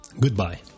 Goodbye